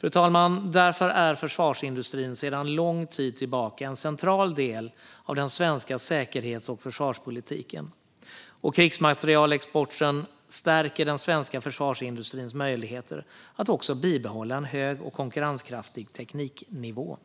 Fru talman! Därför är försvarsindustrin sedan lång tid tillbaka en central del av den svenska säkerhets och försvarspolitiken, och krigsmaterielexporten stärker den svenska försvarsindustrins möjligheter att också bibehålla en hög och konkurrenskraftig tekniknivå.